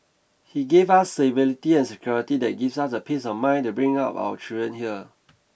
he gave us stability and security that gives us the peace of mind to bring up our children here